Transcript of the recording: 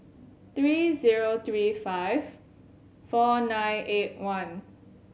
three zero three five four nine eight one